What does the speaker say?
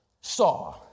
saw